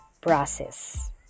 process